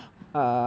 ah